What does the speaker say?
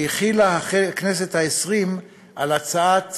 החילה הכנסת העשרים על ההצעה